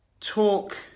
talk